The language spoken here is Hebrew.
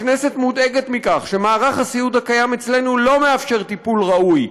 הכנסת מודאגת מכך שמערך הסיעוד הקיים אצלנו לא מאפשר טיפול ראוי,